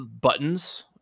buttons